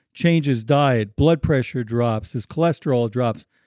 change his diet, blood pressure drops, his cholesterol drops.